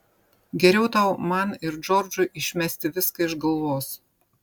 geriau tau man ir džordžui išmesti viską iš galvos